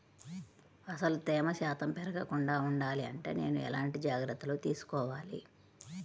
అసలు తేమ శాతం పెరగకుండా వుండాలి అంటే నేను ఎలాంటి జాగ్రత్తలు తీసుకోవాలి?